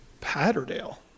Patterdale